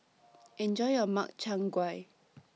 Enjoy your Makchang Gui